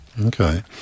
Okay